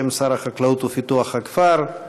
בשם שר החקלאות ופיתוח הכפר.